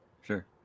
sure